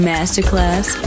Masterclass